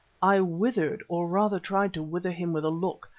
i withered, or rather tried to wither him with a look,